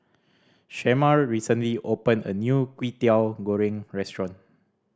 Shemar recently opened a new Kwetiau Goreng restaurant